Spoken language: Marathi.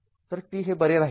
तर t हे बरे राहील